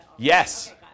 Yes